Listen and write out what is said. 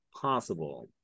Possible